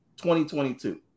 2022